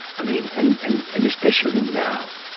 i mean, and and and especially now,